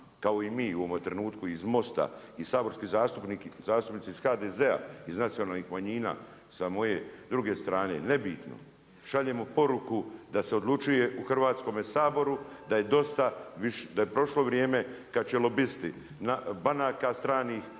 kao i mi u ovom trenutku iz Mosta i saborski zastupnici iz HDZ-a, iz nacionalnih manjina, sa moje druge strane, nebitno. Šaljemo poruku, da se odlučuje u Hrvatskome saboru, da je dosta, da je prošlo vrijeme kada će lobisti banaka stranih